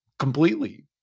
completely